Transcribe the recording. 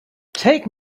take